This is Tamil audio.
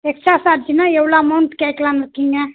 எக்ஸ்ட்ரா சார்ஜ்ன்னா எவ்வளோ அமௌண்ட் கேக்கலான்னு இருக்கீங்க